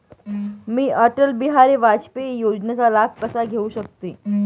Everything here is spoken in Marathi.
मी अटल बिहारी वाजपेयी योजनेचा लाभ कसा घेऊ शकते?